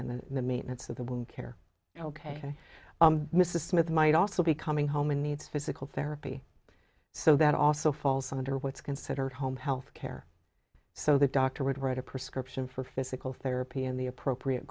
and then the maintenance of the wound care ok mrs smith might also be coming home and needs physical therapy so that also falls under what's considered home health care so the doctor would write a prescription for physical therapy and the appropriate